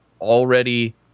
already